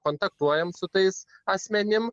kontaktuojam su tais asmenim